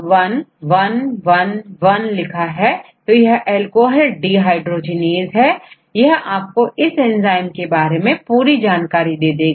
इसी तरह यदिEC 1 1 1 1 है तो यह ALCOHOL DEHYDROGENASEहै यहआपको इस एंजाइम के बारे में पूरी जानकारी दे देगा